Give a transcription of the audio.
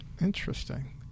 Interesting